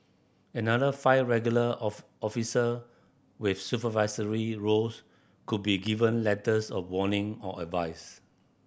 another five regular off officer with supervisory roles could be given letters of warning or advice